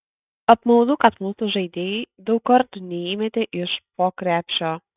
apmaudu kad mūsų žaidėjai daug kartų neįmetė iš po krepšio